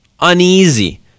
uneasy